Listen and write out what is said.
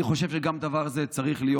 אני חושב שגם דבר זה צריך להיות.